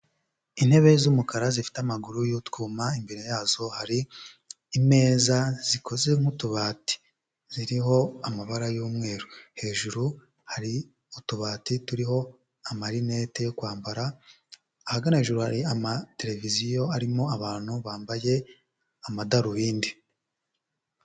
Intebe z'umukara zifite amaguru y'utwuma imbere yazo hari imeza zikoze nk'utubati, ziriho amabara y'umweru, hejuru hari utubati turiho amarinete yo kwambara, ahagana hejuru hari amateleviziyo arimo abantu bambaye amadarubindi.